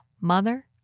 mother